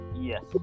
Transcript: Yes